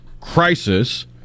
crisis